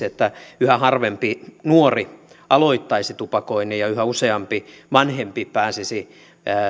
että yhä harvempi nuori aloittaisi tupakoinnin ja yhä useampi vanhempi pääsisi